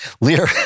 Lear